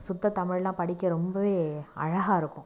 சுத்த தமிழ்லாம் படிக்க ரொம்பவே அழகாக இருக்கும்